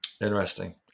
Interesting